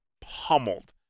pummeled